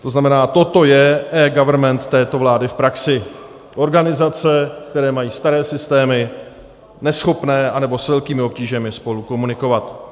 To znamená, toto je eGovernment této vlády v praxi, organizace, které mají staré systémy, neschopné anebo s velkými obtížemi spolu komunikovat.